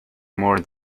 more